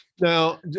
Now